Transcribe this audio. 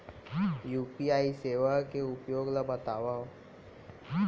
UPI सेवा के उपयोग ल बतावव?